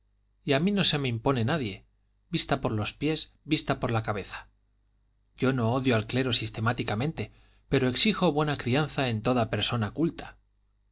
y a mí no se me impone nadie vista por los pies vista por la cabeza yo no odio al clero sistemáticamente pero exijo buena crianza en toda persona culta